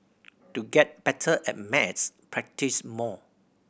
to get better at maths practise more